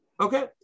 Okay